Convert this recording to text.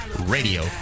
radio